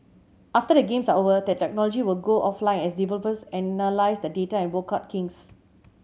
after the Games are over the technology will go offline as developers analyse the data and work out kinks